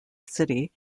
city